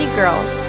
girls